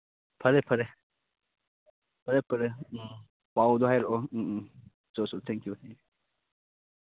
ꯐꯔꯦ ꯐꯔꯦ ꯐꯔꯦ ꯐꯔꯦ ꯎꯝ ꯄꯥꯎꯗꯨ ꯍꯥꯏꯔꯛꯑꯣ ꯎꯝ ꯎꯝ ꯆꯣ ꯆꯣ ꯊꯦꯡꯛ ꯌꯨ ꯊꯦꯡꯛ ꯌꯨ